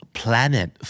planet